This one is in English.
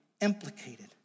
implicated